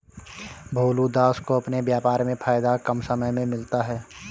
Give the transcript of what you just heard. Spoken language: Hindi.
भोलू दास को अपने व्यापार में फायदा कम समय में मिलता है